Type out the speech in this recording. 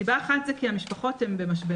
סיבה אחת זה כי המשפחות הן במשבר.